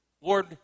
Lord